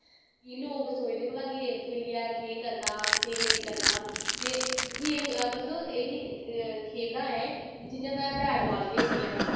लोक सोचदे भला गेम खेलियै केह् करना केह् नेईं करना ते गेम मतलव एह् जेह्ड़ी खेलां ऐ जियां में बैट बाल खेलनी ऐं